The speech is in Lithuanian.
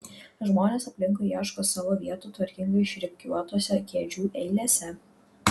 žmonės aplinkui ieško savo vietų tvarkingai išrikiuotose kėdžių eilėse